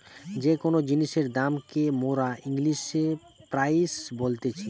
যে কোন জিনিসের দাম কে মোরা ইংলিশে প্রাইস বলতিছি